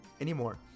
anymore